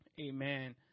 Amen